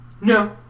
No